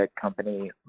company